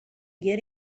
get